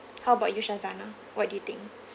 how about you shazanna what do you think